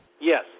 Yes